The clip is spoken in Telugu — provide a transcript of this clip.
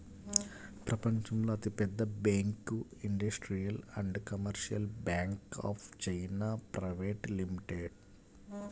ప్రపంచంలో అతిపెద్ద bank industrial and commercial bank of China private limited